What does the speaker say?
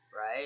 Right